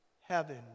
Heaven